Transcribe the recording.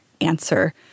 answer